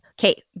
Okay